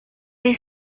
类似